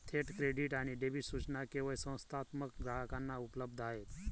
थेट क्रेडिट आणि डेबिट सूचना केवळ संस्थात्मक ग्राहकांना उपलब्ध आहेत